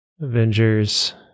Avengers